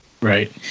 Right